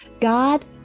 God